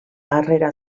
harrera